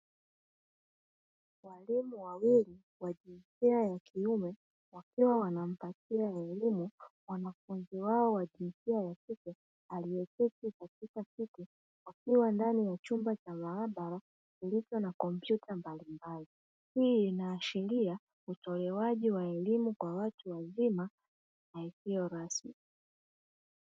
Walimu wawili wa jinsia ya kiume wakiwa wanampatia elimu, mwanafunzi wao wa jinsia ya kike aliyeketi katika kiti wakiwa ndani ya chumba cha maabara kilicho na kompyuta mbalimbali, hii inaashiria utolewaji wa elimu kwa watu wazima na isiyo rasmi.